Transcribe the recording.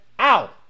ow